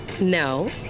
No